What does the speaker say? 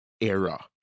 era